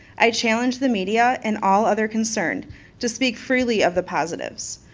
i challenge the media and all other concerned to speak freely of the positives.